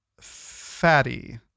fatty